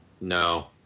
no